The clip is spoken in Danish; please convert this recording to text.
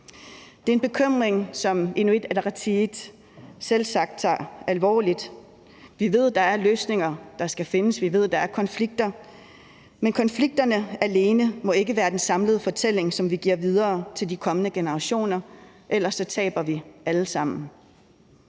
Det er en bekymring, som Inuit Ataqatigiit selvsagt tager alvorligt. Vi ved, at der skal findes løsninger, og vi ved, at der er konflikter, men konflikterne alene må ikke være den samlede fortælling, som vi giver videre til de kommende generationer, for ellers taber vi alle sammen.